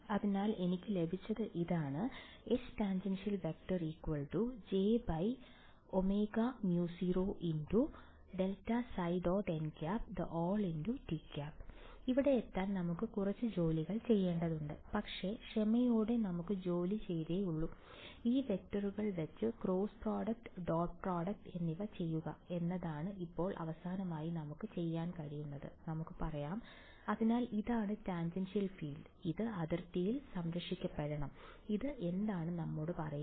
അതിനാൽ എനിക്ക് ലഭിച്ചത് ഇതാണ് H→tan jωμ0∇ϕ · nˆˆt ഇവിടെയെത്താൻ നമുക്ക് കുറച്ച് ജോലികൾ ചെയ്യേണ്ടതുണ്ട് പക്ഷേ ക്ഷമയോടെ നമുക്ക് ജോലിയേയുള്ളൂ ഇത് വെക്ടറുകൾ വെച്ച് ക്രോസ് പ്രോഡക്റ്റ് ഡോട്ട് പ്രോഡക്ട് എന്നിവ ചെയ്യുക എന്നതാണെന്ന് ഇപ്പോൾ അവസാനമായി നമുക്ക് പറയാം അതിനാൽ ഇതാണ് ടാൻജൻഷ്യൽ ഫീൽഡ് ഇത് അതിർത്തിയിൽ സംരക്ഷിക്കപ്പെടണം ഇത് എന്താണ് നമ്മോട് പറയുന്നത്